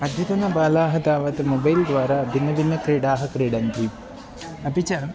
अद्यतनबालाः तावत् मोबैल् द्वारा भिन्नभिन्नक्रीडाः क्रीडन्ति अपि च